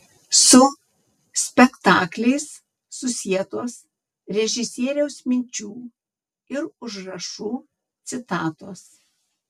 su spektakliais susietos režisieriaus minčių ir užrašų citatos